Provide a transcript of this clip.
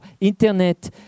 Internet